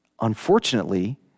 unfortunately